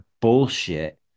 bullshit